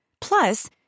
Plus